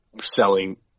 selling